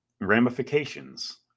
ramifications